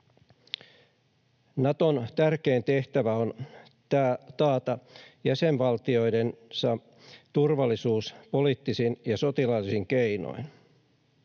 Naton tärkein tehtävä on taata jäsenvaltioidensa turvallisuus poliittisin ja sotilaallisin keinoin.